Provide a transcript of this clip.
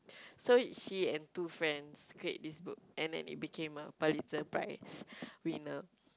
so she and two friends create this book and then it became a Pulitzer prize winner